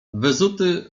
wyzuty